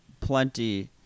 plenty